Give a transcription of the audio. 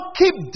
keep